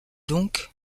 donc